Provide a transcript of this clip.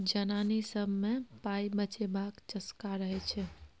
जनानी सब मे पाइ बचेबाक चस्का रहय छै